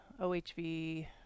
OHV